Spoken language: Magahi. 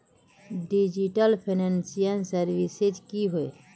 डिजिटल फैनांशियल सर्विसेज की होय?